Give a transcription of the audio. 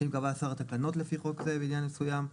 אם קבע השר תקנות לפי חוק זה בעניין מסוים,